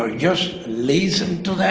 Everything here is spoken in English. ah just listen